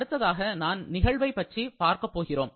அடுத்ததாக நான் நிகழ்வைப் பற்றி பார்க்க போகிறோம்